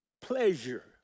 pleasure